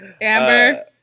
Amber